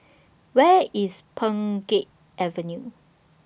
Where IS Pheng Geck Avenue